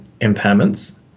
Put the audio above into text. impairments